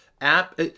app